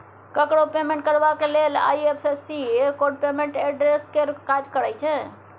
ककरो पेमेंट करबाक लेल आइ.एफ.एस.सी कोड पेमेंट एड्रेस केर काज करय छै